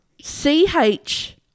C-H